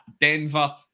Denver